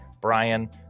Brian